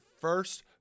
first